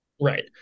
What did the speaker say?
Right